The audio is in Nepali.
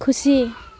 खुसी